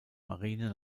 marine